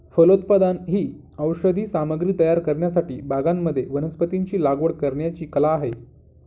फलोत्पादन ही औषधी सामग्री तयार करण्यासाठी बागांमध्ये वनस्पतींची लागवड करण्याची कला आहे